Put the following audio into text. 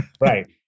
Right